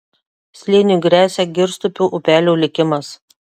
slėniui gresia girstupio upelio likimas